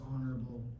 honorable